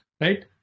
Right